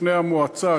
לפני המועצה,